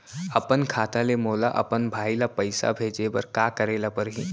अपन खाता ले मोला अपन भाई ल पइसा भेजे बर का करे ल परही?